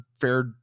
fair